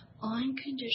Unconditional